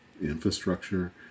infrastructure